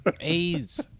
AIDS